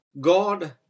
God